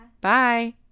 Bye